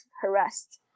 harassed